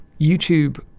YouTube